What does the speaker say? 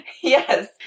Yes